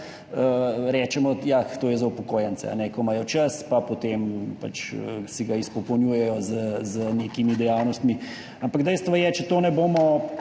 rečemo, da je to za upokojence, ki imajo čas in si ga potem pač zapolnjujejo z nekimi dejavnostmi. Ampak dejstvo je, če to ne bomo